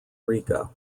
rica